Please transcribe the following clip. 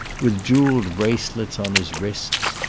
with jewelled bracelets on his wrists,